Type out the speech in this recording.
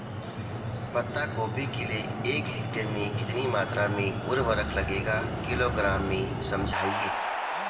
पत्ता गोभी के लिए एक हेक्टेयर में कितनी मात्रा में उर्वरक लगेगा किलोग्राम में समझाइए?